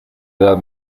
edad